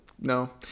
no